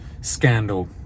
scandal